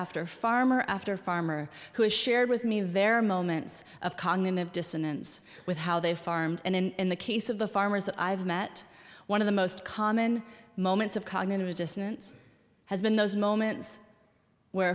after farmer after farmer who has shared with me there are moments of cognitive dissonance with how they farmed and in the case of the farmers i've met one of the most common moments of cognitive dissonance has been those moments where